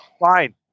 fine